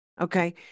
Okay